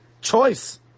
choice